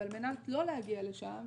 ועל מנת לא להגיע לשם,